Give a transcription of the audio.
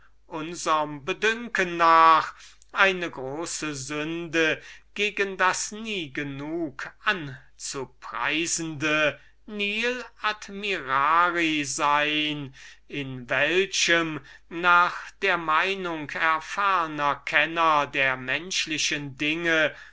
unserm bedünken nach eine große sünde gegen das nie genug anzupreisende nil admirari sein in welchem nach der meinung erfahrner kenner der menschlichen dinge